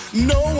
No